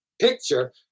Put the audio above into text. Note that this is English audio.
picture